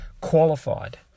qualified